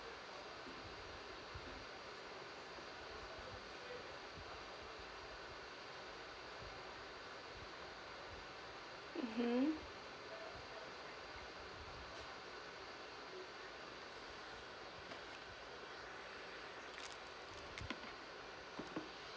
mmhmm